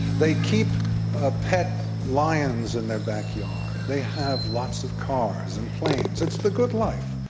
they keep ah pet lions in their backyard. they have lots of cars and planes. it's the good life.